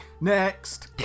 Next